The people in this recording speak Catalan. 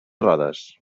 rodes